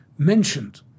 mentioned